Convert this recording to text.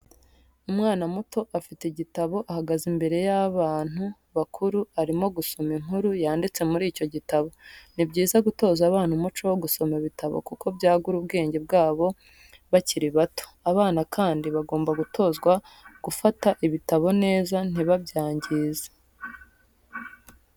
Umwana muto afite igitabo ahagaze imbere y'abantu bakuru arimo gusoma inkuru yanditse muri icyo gitabo. Ni byiza gutoza abana umuco wo gusoma ibitabo kuko byagura ubwenge bwabo bakiri bato, abana kandi bagomba gutozwa gufata ibitabo neza ntibabyangize.